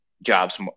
jobs